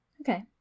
Okay